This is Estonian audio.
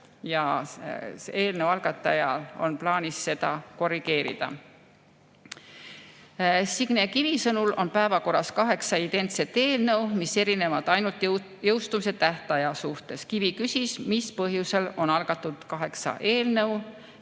ja eelnõu algatajal on plaanis seda korrigeerida. Signe Kivi sõnul on päevakorras kaheksa identset eelnõu, mis erinevad ainult jõustumise tähtaja poolest. Kivi küsis, mis põhjusel on algatatud kaheksa eelnõu.